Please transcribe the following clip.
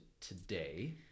today